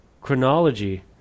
chronology